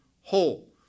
whole